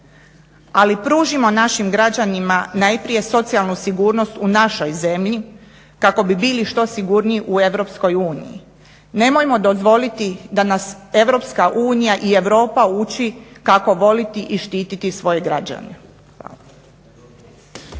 Ali, pružimo našim građanima najprije socijalnu sigurnost u našoj zemlji kako bi bili što sigurniji u EU. Nemojmo dozvoliti da nas EU i Europa uči kako voljeti i štititi svoje građane.